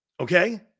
Okay